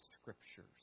Scriptures